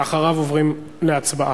ואחריו עוברים להצבעה.